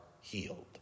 healed